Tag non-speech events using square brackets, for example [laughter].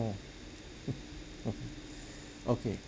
hor [laughs] okay